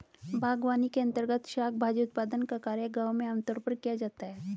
बागवानी के अंर्तगत शाक भाजी उत्पादन का कार्य गांव में आमतौर पर किया जाता है